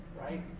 Right